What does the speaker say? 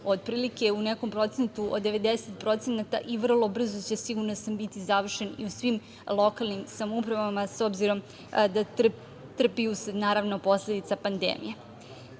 otprilike u nekom procentu od 90% i vrlo brzo će, sigurna sam, biti završen i u svim lokalnim samoupravama s obzirom da trpi usled posledica pandemije.Za